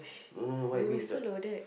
no no no what I mean is like